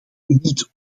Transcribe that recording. niet